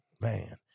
man